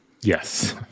Yes